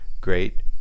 great